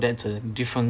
thats a different